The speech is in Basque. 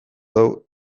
dugu